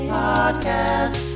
podcast